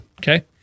Okay